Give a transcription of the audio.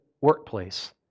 workplace